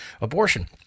abortion